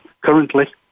currently